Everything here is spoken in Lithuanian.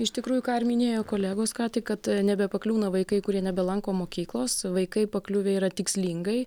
iš tikrųjų ką ir minėjo kolegos ką tik kad nebepakliūna vaikai kurie nebelanko mokyklos vaikai pakliuvę yra tikslingai